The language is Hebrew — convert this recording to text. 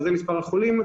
שזה מספר החולים,